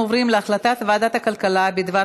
אנחנו עוברים להחלטת ועדת הכלכלה בדבר